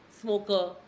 smoker